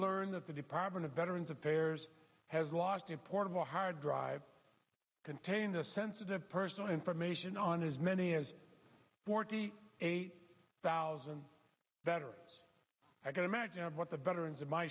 learn that the department of veterans affairs has lost its portable hard drive contained the sensitive personal information on as many as forty eight thousand veterans i can imagine what the veterans in my